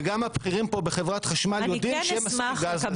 וגם הבכירים בחברת חשמל יודעים שאין מספיק גז.